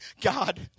God